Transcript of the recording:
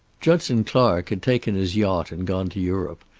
judson clark had taken his yacht and gone to europe,